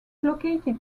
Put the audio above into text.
located